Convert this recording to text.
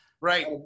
Right